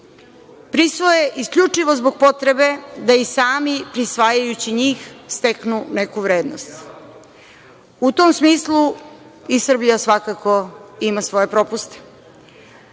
prisvoje isključivo zbog potrebe da i sami prisvajajući njih steknu neku vrednost. U tom smislu i Srbija svakako ima svoje propuste. Ovaj